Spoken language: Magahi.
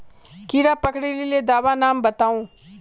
कीड़ा पकरिले दाबा नाम बाताउ?